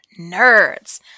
nerds